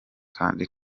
kandi